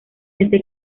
este